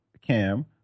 cam